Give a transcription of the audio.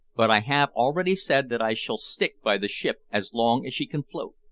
but i have already said that i shall stick by the ship as long as she can float.